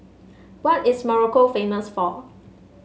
what is Morocco famous for